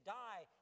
die